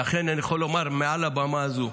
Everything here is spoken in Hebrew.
ולכן אני יכול לומר מעל הבמה הזו: